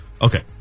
Okay